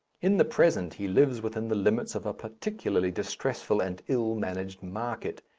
in the present he lives within the limits of a particularly distressful and ill-managed market.